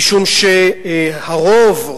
משום שהרוב,